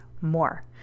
more